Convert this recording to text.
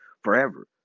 forever